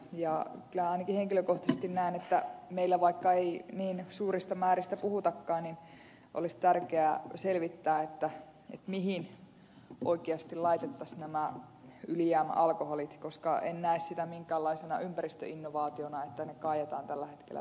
kyllä ainakin henkilökohtaisesti näen että vaikka meillä ei niin suurista määristä puhutakaan niin olisi tärkeää selvittää mihin oikeasti laitettaisiin nämä ylijäämäalkoholit koska en näe sitä minkäänlaisena ympäristöinnovaationa että ne kaadetaan tällä hetkellä viemäriin